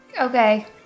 Okay